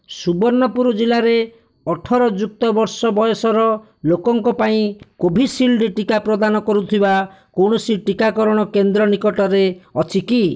ସୁବର୍ଣ୍ଣପୁର ଜିଲ୍ଲାରେ ଅଠର ଯୁକ୍ତ ବର୍ଷ ବୟସର ଲୋକଙ୍କ ପାଇଁ କୋଭିସିଲ୍ଡ ଟିକା ପ୍ରଦାନ କରୁଥିବା କୌଣସି ଟିକାକରଣ କେନ୍ଦ୍ର ନିକଟରେ ଅଛି କି